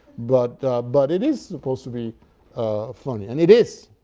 but but it is supposed to be funny, and it is.